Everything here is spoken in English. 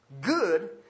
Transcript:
good